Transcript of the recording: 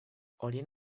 horien